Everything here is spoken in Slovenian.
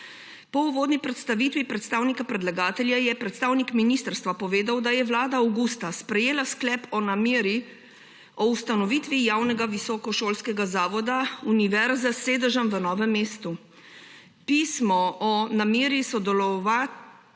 Po uvodni predstavitvi predstavnika predlagatelja je predstavnik ministrstva povedal, da je Vlada avgusta sprejela sklep o nameri o ustanovitvi javnega visokošolskega zavoda univerze s sedežem v Novem mestu. Pismo o nameri sodelovati